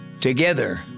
Together